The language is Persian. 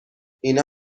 اینا